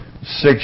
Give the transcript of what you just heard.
Six